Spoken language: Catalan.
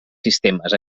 sistemes